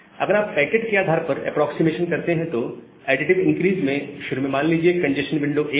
अगर आप पैकेट के आधार पर एप्रोक्सीमेशन करते हैं तो एडिटिव इनक्रीस में शुरू में मान लीजिए कंजेस्शन विंडो 1 था